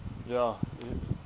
ya it